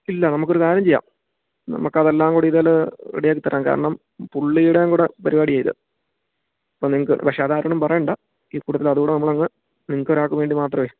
ഇല്ല നമുക്ക് ഒരു കാര്യം ചെയ്യാം നമുക്ക് അതെല്ലാം കൂടി ഇതിൽ റെഡിയാക്കി തരാം കാരണം പുള്ളിയുടെയും കൂടെ പരിപാടിയാണ് ഇത് അപ്പം നിങ്ങൾക്ക് പക്ഷെ അതാരോടും കൂട്ടത്തിൽ അതുകൂടെ നമ്മളങ് നിങ്ങൾക്ക് ഒരാൾക്ക് വേണ്ടി മാത്രമേ